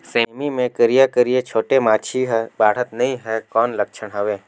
सेमी मे करिया करिया छोटे माछी हे बाढ़त नहीं हे कौन लक्षण हवय?